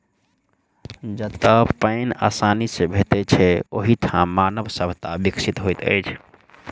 जतअ पाइन आसानी सॅ भेटैत छै, ओहि ठाम मानव सभ्यता विकसित होइत अछि